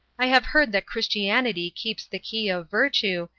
i have heard that christianity keeps the key of virtue,